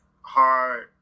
hard